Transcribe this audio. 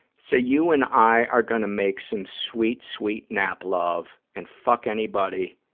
say, you and i are going to make some sweet, sweet nap-love and fuck anybody